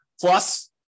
Plus